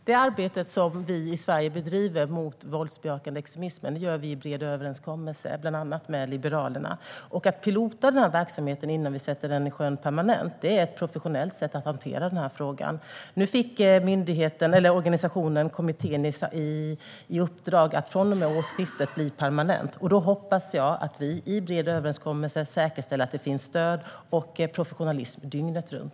Herr talman! Det arbete som Sverige bedriver mot våldsbejakande extremism görs i bred överenskommelse bland annat med Liberalerna. Att "pilota" verksamheten innan vi sätter den i sjön permanent är ett professionellt sätt att hantera frågan. Nu har organisationen fått i uppdrag att från och med årsskiftet bli en permanent verksamhet. Jag hoppas att vi i bred överenskommelse säkerställer att det finns tillgång till professionellt stöd dygnet runt.